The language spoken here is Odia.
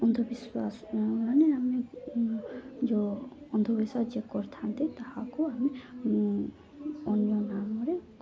ଅନ୍ଧବିଶ୍ୱାସ ମାନେ ଆମେ ଯେଉଁ ଅନ୍ଧବିଶ୍ୱାସ ଚେକ୍ କରିଥାନ୍ତି ତାହାକୁ ଆମେ ଅନ୍ୟ ନାମରେ